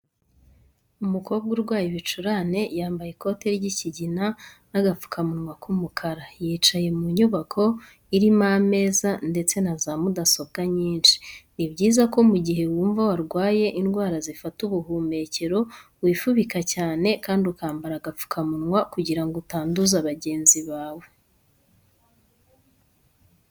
Umukobwa urwaye ibicurane yambaye ikoti ry'ikigina n'agapfukamunwa k'umukara, yicaye mu nyubako arimo ameza ndetse na za mudasobwa nyinshi. Ni byiza ko mugihe wumva warwaye indwara zifata ubuhumekero wifubika cyane kandi ukambara agapfukamunwa kugirango utanduza bagenzi bawe.